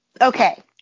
okay